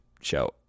show